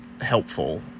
helpful